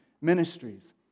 ministries